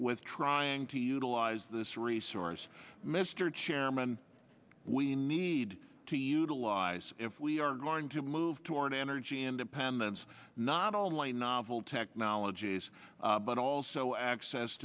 with trying to utilize this resource mr chairman we need need to utilize if we are going to move toward energy independence not only novel technologies but also access